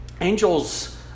angels